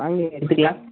வாங்க எடுத்துக்கலாம்